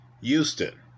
Houston